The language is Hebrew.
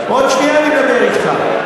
עוד שנייה אני מדבר אתך.